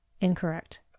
Incorrect